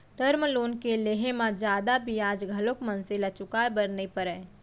term loan के लेहे म जादा बियाज घलोक मनसे ल चुकाय बर नइ परय